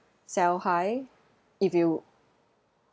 sell high if you